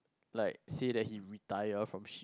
like say that he retire from sh~